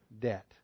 debt